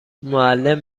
معلم